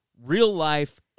real-life